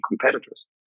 competitors